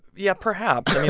yeah, perhaps i mean,